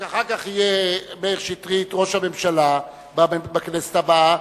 רק אחר כך יהיה מאיר שטרית ראש הממשלה בכנסת הבאה,